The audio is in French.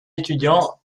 étudiant